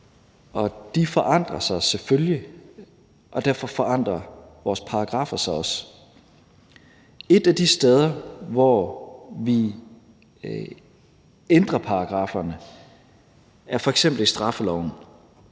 og de forandrer sig selvfølgelig, og derfor forandrer vores paragraffer sig også. Et af de steder, hvor vi ændrer paragrafferne, er f.eks. straffeloven